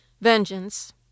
vengeance